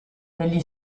degli